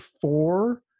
four